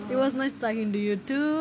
it was nice talking to you too and